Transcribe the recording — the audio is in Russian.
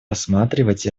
рассматривать